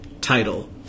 Title